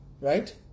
right